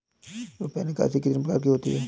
रुपया निकासी कितनी प्रकार की होती है?